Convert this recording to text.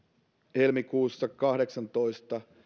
helmikuussa kahdeksassatoista